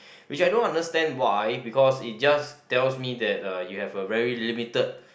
which I don't understand why because it just tells me that uh you have a very limited